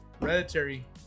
Hereditary